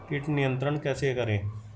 कीट नियंत्रण कैसे करें?